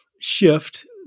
shift